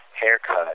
haircut